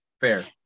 Fair